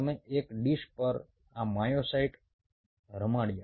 તમે એક ડીશ પર આ માયોસાઇટ્સ રમાડ્યા